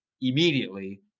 immediately